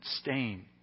stain